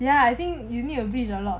ya I think you need to bleach a lot